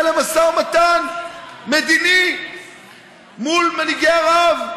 המגנומטר הפך להיות נושא למשא ומתן מדיני מול מנהיגי ערב.